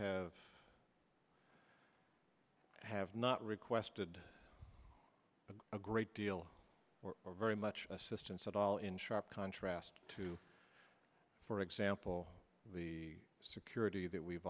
have have not requested a great deal very much assistance at all in sharp contrast to for example the security that we've